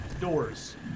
doors